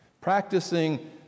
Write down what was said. practicing